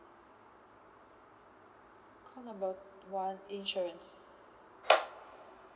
call number one insurance